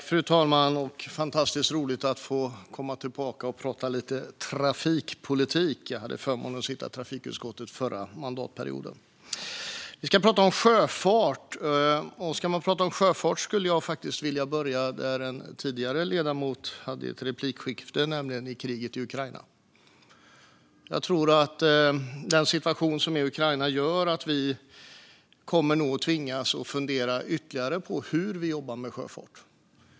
Fru talman! Det är fantastiskt roligt att få komma tillbaka och prata lite trafikpolitik. Jag hade förmånen att sitta i trafikutskottet under den förra mandatperioden. Vi ska prata om sjöfart. Och om vi ska prata om sjöfart skulle jag faktiskt vilja börja med det som en tidigare ledamot tog upp i ett replikskifte, nämligen kriget i Ukraina. Jag tror att situationen i Ukraina gör att vi nog kommer att tvingas fundera ytterligare på hur vi jobbar med sjöfart.